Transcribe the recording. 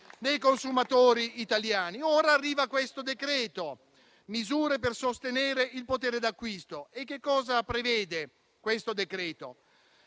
dei consumatori italiani? Ora arriva questo decreto, recante misure per sostenere il potere d'acquisto. Che cosa prevede questo decreto?